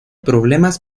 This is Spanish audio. problemas